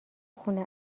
خونه